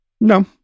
No